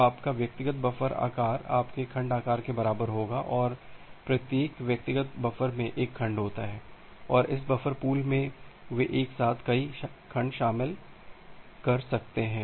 तो आपका व्यक्तिगत बफर आकार आपके खंड आकार के बराबर होगा और प्रत्येक व्यक्तिगत बफर में एक खंड होता है और इस बफर पूल में वे एक साथ कई खंड शामिल कर सकते हैं